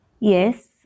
Yes